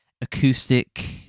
acoustic